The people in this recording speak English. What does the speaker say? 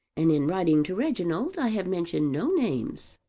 and in writing to reginald i have mentioned no names.